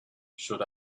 should